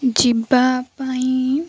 ଯିବା ପାଇଁ